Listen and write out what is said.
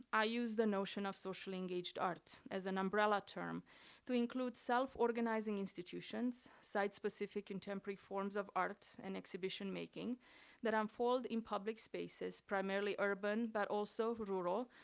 i use the notion of socially engaged art as an umbrella term to include self-organizing institutions, site-specific contemporary forms of art and exhibition-making that unfold in public spaces, primarily urban, but also rural,